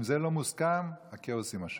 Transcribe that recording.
אם זה לא מוסכם, הכאוס יימשך.